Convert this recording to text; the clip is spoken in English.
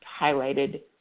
highlighted